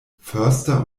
förster